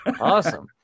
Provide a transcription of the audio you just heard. awesome